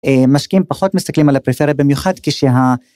משקיעים פחות מסתכלים על הפריפריה במיוחד כשה.